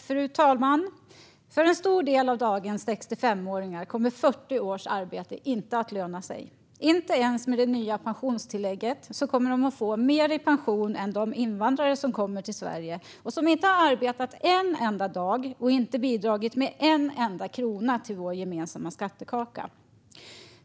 Fru talman! För en stor del av dagens 65-åringar kommer 40 års arbete inte att löna sig. De kommer inte ens med det nya pensionstillägget att få mer i pension än de invandrare som kommer till Sverige och som inte har arbetat en enda dag och inte bidragit med en enda krona till vår gemensamma skattekaka.